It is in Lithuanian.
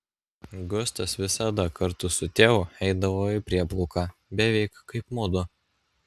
gustas visada kartu su tėvu eidavo į prieplauką beveik kaip mudu